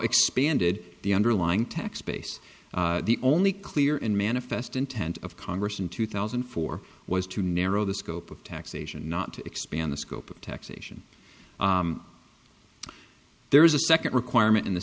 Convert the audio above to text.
expanded the underlying tax base the only clear and manifest intent of congress in two thousand and four was to narrow the scope of taxation not to expand the scope of taxation there is a second requirement in the